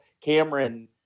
Cameron